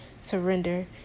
surrender